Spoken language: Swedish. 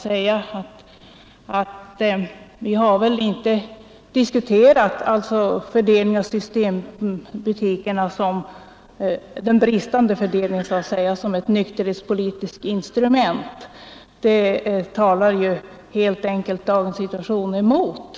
Sedan vill jag säga till herr Petterson i Lund att vi väl inte har diskuterat den ojämna fördelningen av systembolagsbutiker som ett nykterhetspolitiskt instrument. Det talar ju också dagens situation emot.